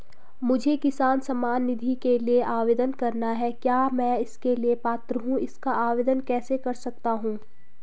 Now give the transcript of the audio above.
मुझे किसान सम्मान निधि के लिए आवेदन करना है क्या मैं इसके लिए पात्र हूँ इसका आवेदन कैसे कर सकता हूँ?